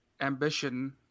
ambition